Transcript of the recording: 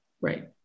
Right